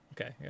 Okay